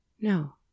No